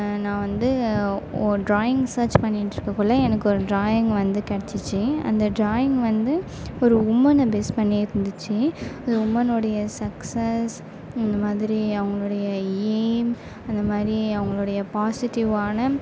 நான் வந்து ஒ ட்ராயிங் செர்ச் பண்ணிட்டிருக்கக்குள்ள எனக்கு ஒரு ட்ராயிங் வந்து கிடச்சுச்சி அந்த ட்ராயிங் வந்து ஒரு உமனை பேஸ் பண்ணி இருந்துச்சு அது உமனுடைய சக்சஸ் அந்த மாதிரி அவங்களுடைய எயிம் அந்த மாதிரி அவங்களுடைய பாசிட்டிவ்வான